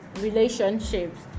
relationships